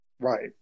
Right